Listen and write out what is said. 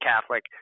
Catholic